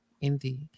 indeed